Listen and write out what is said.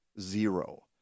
zero